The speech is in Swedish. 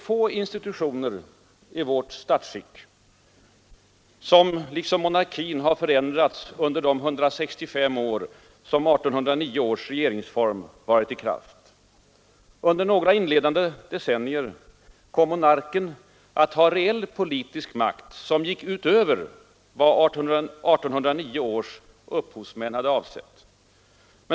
Få institutioner i vårt statsskick har som monarkin förändrats under de 165 år som 1809 års regeringsform varit i kraft. Under några inledande decennier kom monarken att ha reell politisk makt som gick utöver vad 1809 års upphovsmän hade avsett.